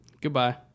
goodbye